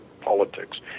politics